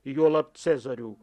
juolab cezarių